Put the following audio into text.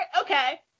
Okay